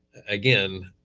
again,